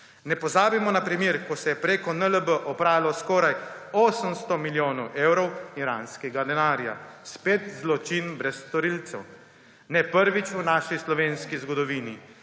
Ne pozabimo na primer, ko se je preko NLB opralo skoraj 800 milijonov evrov iranskega denarja. Spet zločin brez storilcev. Ne prvič v naši slovenski zgodovini.